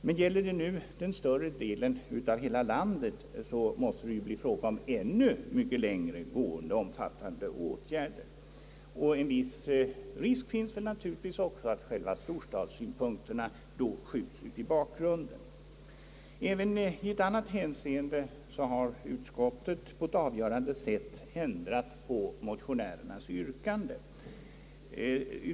Men gäller det nu större delen av landet, måste det bli fråga om ännu mycket längre gående och om fattande åtgärder, och en viss risk föreligger väl naturligtvis också för att själva storstadssynpunkterna skjutes i bakgrunden. Även i ett annat hänseende har utskottet på ett avgörande sätt ändrat på motionärernas yrkande.